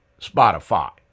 Spotify